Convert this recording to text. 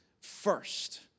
first